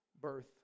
birth